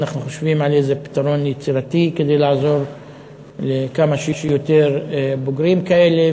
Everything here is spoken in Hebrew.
אנחנו חושבים על איזה פתרון יצירתי כדי לעזור לכמה שיותר בוגרים כאלה,